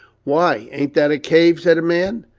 why, ain't that a cave? said a man.